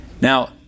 Now